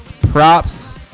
props